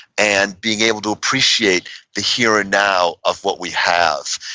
and being able to appreciate the here and now of what we have.